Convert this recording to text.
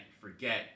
forget